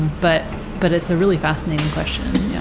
but but it's a really fascinating question. yeah